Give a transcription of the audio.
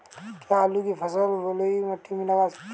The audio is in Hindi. क्या आलू की फसल बलुई मिट्टी में लगा सकते हैं?